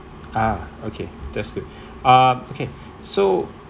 ah okay that's good um okay so